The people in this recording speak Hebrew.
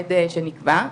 במועד שנקבע,